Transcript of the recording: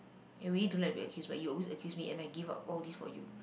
I really don't like to be accused but you always accuse me and I give up all this for you